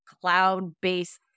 cloud-based